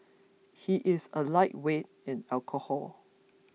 he is a lightweight in alcohol